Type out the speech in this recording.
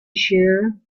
shear